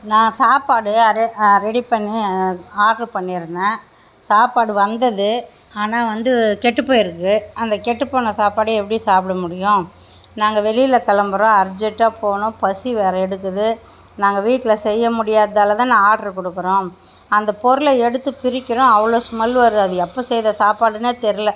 நான் சாப்பாடு ரெடி பண்ணி ஆட்ரு பண்ணியிருந்தேன் சாப்பாடு வந்தது ஆனால் வந்து கெட்டுப்போயிருக்குது அந்த கெட்டுப்போன சாப்பாடை எப்படி சாப்பிட முடியும் நாங்கள் வெளியில் கிளம்புறோம் அர்ஜென்டாக போகணும் பசி வேறே எடுக்குது நாங்கள் வீட்டில் செய்ய முடியாதால் தானே ஆட்ரு கொடுக்குறோம் அந்த பொருளை எடுத்து பிரிக்கிறேன் அவ்வளோ ஸ்மெல் வருது அது எப்போ செய்த சாப்பாடுனே தெரில